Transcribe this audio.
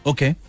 Okay